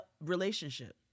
relationship